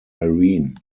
irene